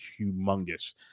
humongous